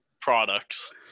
products